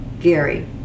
Gary